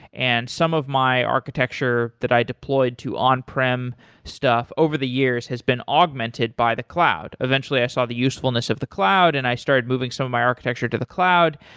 and some of my architecture that i deployed to on-prem stuff over the years has been augmented by the cloud. eventually i saw the usefulness of the cloud and i started moving some of my architecture to the cloud,